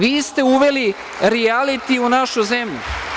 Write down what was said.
Vi ste uveli rijaliti u našu zemlju.